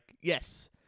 yes